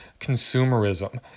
consumerism